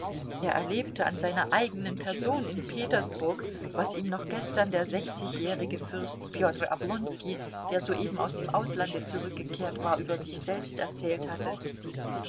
er erlebte an seiner eigenen person in petersburg was ihm noch gestern der sechzigjährige fürst peter oblonski der soeben aus dem auslande zurückgekehrt war über sich selbst erzählt hatte